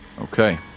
Okay